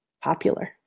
popular